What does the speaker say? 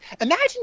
imagine